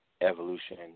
evolution